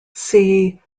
see